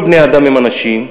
כל בני-האדם הם אנשים,